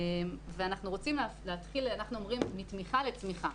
אנחנו אומרים, מתמיכה לצמיחה.